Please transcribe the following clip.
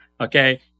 Okay